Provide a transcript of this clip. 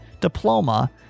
diploma